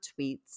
tweets